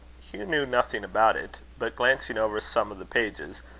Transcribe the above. hugh knew nothing about it but, glancing over some of the pages,